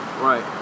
Right